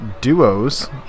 duos